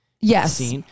Yes